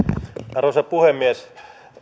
arvoisa puhemies